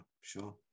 sure